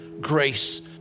grace